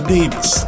Davis